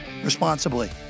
responsibly